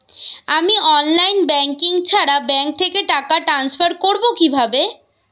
আমি online banking ছাড়া bank থেকে টাকা ট্রান্সফার করবো কিভাবে?